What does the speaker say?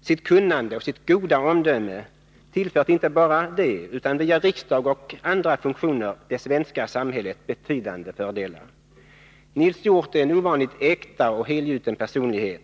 sitt kunnande och sitt goda omdöme gjort —-inte bara genom partiet utan via riksdagen och på andra vägar — stora insatser för det svenska samhället. Nils Hjorth är en ovanligt äkta och helgjuten personlighet.